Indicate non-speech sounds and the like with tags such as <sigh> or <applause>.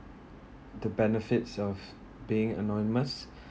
the benefits of being anonymous <breath>